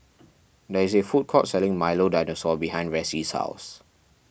there is a food court selling Milo Dinosaur behind Ressie's house